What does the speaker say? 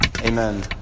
Amen